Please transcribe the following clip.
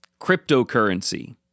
cryptocurrency